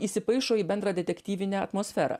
įsipaišo į bendrą detektyvinę atmosferą